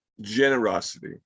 Generosity